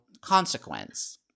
consequence